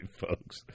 folks